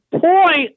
point